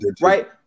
right